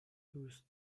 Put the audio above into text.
دوست